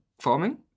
farming